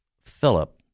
Philip